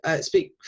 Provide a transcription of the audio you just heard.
speak